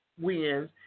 wins